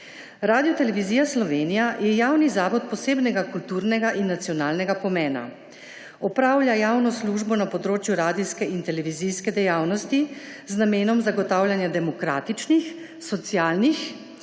Radiotelevizija Slovenija je javni zavod posebnega kulturnega in nacionalnega pomena. Opravlja javno službo na področju radijske in televizijske dejavnosti z namenom zagotavljanja demokratičnih, socialnih